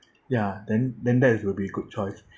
ya then then that will be a good choice